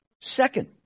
Second